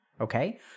okay